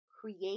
create